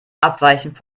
abweichend